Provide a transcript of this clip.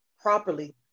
properly